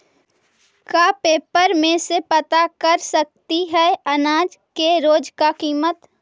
का पेपर में से पता कर सकती है अनाज के रोज के किमत?